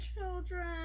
children